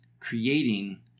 creating